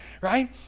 right